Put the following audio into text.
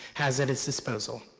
has at its disposal.